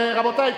רבותי,